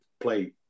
play